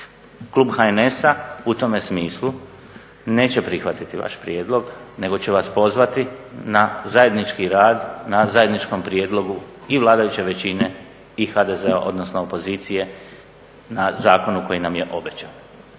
Klub HNS-a u tome smislu neće prihvatiti vaš prijedlog nego će vas pozvati na zajednički rad na zajedničkom prijedlogu i vladajuće većine i HDZ-a odnosno opozicije na zakonu koji nam je obećan.